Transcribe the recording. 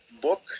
book